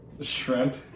Shrimp